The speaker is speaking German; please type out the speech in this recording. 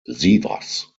sievers